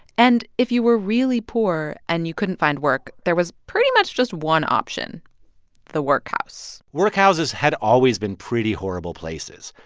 and if you were really poor and you couldn't find work, there was pretty much just one option the workhouse workhouses had always been pretty horrible places.